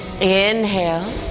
inhale